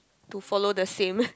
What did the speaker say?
to follow the same